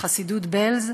בחסידות בעלז,